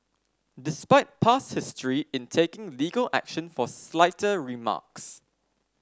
despite past history in taking legal action for slighter remarks